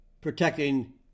Protecting